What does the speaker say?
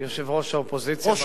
יושב-ראש האופוזיציה,